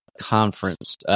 conference